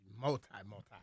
Multi-multi